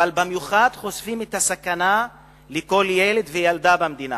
אבל במיוחד חושפים את הסכנה לכל ילד ולכל ילדה במדינה.